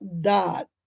dot